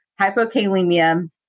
hypokalemia